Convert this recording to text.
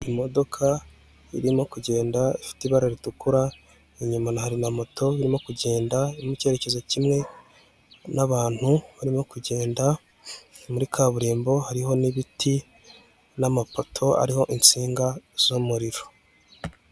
Imodoka irimo kugenda ifite ibara ritukura. Inyuma hari na moto irimo kugenda iri mu icyerekezo kimwe, n'abantu barimo kugenda muri kaburimbo. Hariho n'ibiti n'amapoto ariho insinga z'umuriro.